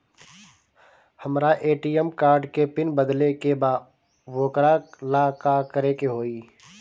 हमरा ATM card के pin बदले के बा वोकरा ला का करे के होई?